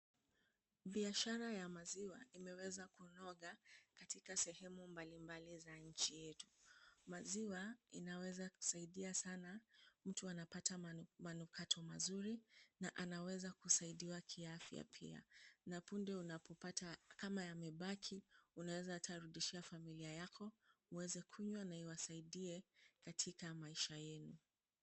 Biashara ya maziwa imeweza kunoga katika sehemu mbalimbali za nchi yetu. Maziwa inaweza kusaidia sana. Mtu anapata manukato mazuri na anaweza kusaidiwa kiafya pia na punde unapopata kama yamebaki, unaweza ata rudishia familia yako, muweze kunywa na iwasaidie katika maisha yenu.